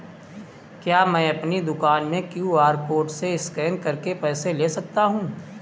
क्या मैं अपनी दुकान में क्यू.आर कोड से स्कैन करके पैसे ले सकता हूँ?